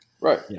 Right